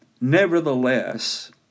Nevertheless